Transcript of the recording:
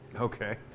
Okay